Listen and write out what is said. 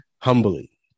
Humbly